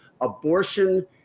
abortion